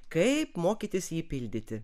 kaip mokytis jį pildyti